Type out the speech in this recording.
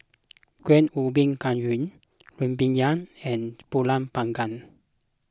Kuih Ubi Kayu Rempeyek and Pulut Panggang